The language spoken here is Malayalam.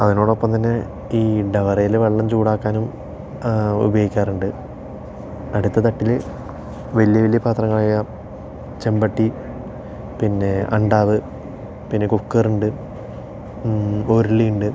അതിനോടൊപ്പം തന്നെ ഈ ഡവറയിൽ വെള്ളം ചൂടാക്കാനും ഉപയോഗിക്കാറുണ്ട് അടുത്ത തട്ടില് വലിയ വലിയ പാത്രങ്ങളായ ചെമ്പട്ടി പിന്നെ അണ്ടാവ് പിന്നെ കുക്കറുണ്ട് ഉരുളിയുണ്ട്